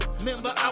Remember